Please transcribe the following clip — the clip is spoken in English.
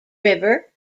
river